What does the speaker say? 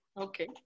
okay